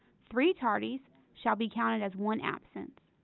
three tardies shall be counted as one absence.